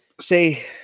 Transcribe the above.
say